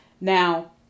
Now